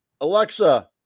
Alexa